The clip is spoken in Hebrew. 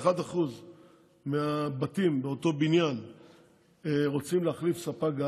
נקבע בסעיף 17א לחוק כי מהרגע שבו צרכן גז ביתי מסר לספק גז